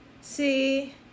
See